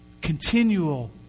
Continual